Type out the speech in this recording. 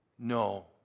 No